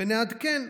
ונעדכן.